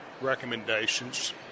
recommendations